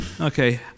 okay